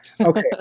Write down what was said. Okay